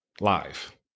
live